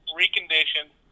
reconditioned